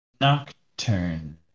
nocturne